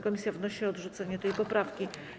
Komisja wnosi o odrzucenie tej poprawki.